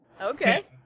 Okay